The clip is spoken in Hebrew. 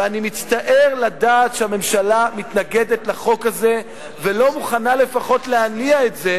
ואני מצטער לדעת שהממשלה מתנגדת לחוק הזה ולא מוכנה לפחות להניע את זה